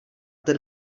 ten